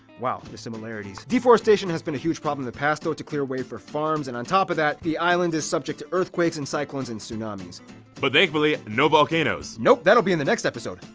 wow the similarities. deforestation has been a huge problem in the past though to clear way for farms and on top of that, the island is subject to earthquakes and cyclones and tsunamis but thankfully no volcanoes! nope that will be in the next episode!